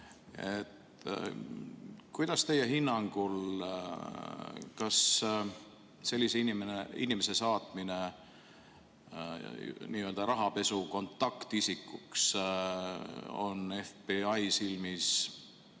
Kas teie hinnangul sellise inimese saatmine n‑ö rahapesu kontaktisikuks on FBI silmis